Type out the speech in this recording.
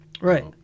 right